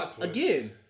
again